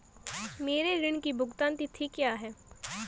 मेरे ऋण की भुगतान तिथि क्या है?